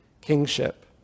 kingship